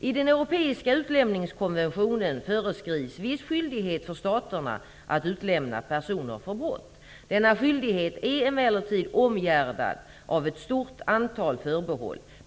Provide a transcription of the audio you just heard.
I den europeiska utlämningskonventionen föreskrivs viss skyldighet för staterna att utlämna personer som anklagas för brott. Denna skyldighet är emellertid omgärdad av ett stort antal förbehåll.